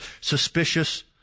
suspicious